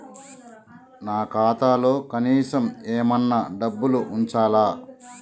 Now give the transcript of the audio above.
నా ఖాతాలో కనీసం ఏమన్నా డబ్బులు ఉంచాలా?